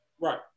Right